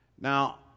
now